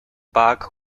bug